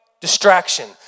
distraction